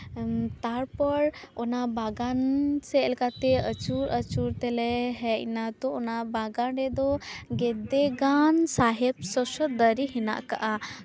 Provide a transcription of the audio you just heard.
ᱛᱟᱨᱯᱚᱨ ᱚᱱᱟ ᱵᱟᱜᱟᱱ ᱥᱮᱫ ᱞᱮᱠᱟᱛᱮ ᱟᱹᱪᱩᱨ ᱟᱹᱪᱩᱨ ᱛᱮᱞᱮ ᱦᱮᱡᱱᱟ ᱛᱚ ᱚᱱᱟ ᱵᱟᱜᱟᱱ ᱨᱮᱫᱚ ᱜᱟᱫᱮ ᱜᱟᱱ ᱥᱟᱦᱮᱵᱽ ᱥᱚᱥᱚ ᱫᱟᱨᱮ ᱦᱮᱱᱟᱜ ᱠᱟᱜᱼᱟ